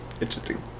Interesting